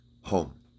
home